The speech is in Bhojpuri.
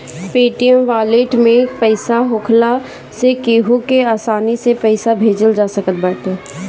पेटीएम वालेट में पईसा होखला से केहू के आसानी से पईसा भेजल जा सकत बाटे